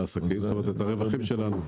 את הרווחים שלנו.